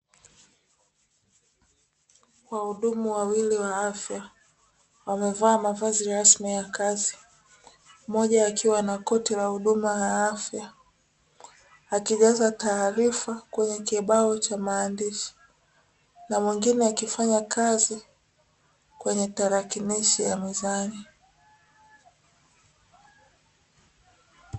Wahudumu wawili wa afya wamevaa mavazi rasmi ya kazi, mmoja akiwa na koti la huduma ya afya akijaza taarifa kwenye kibao cha maandishi na mwingine akifanya kazi kwenye tarakinishi ya mezani.